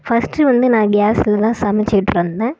first வந்து நான் கேஸ்ல தான் சமைச்சிட்டுருந்தேன்